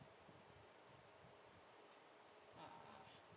ah